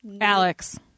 Alex